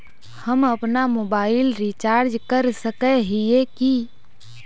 हम अपना mobile recharge कर सकय हिये की?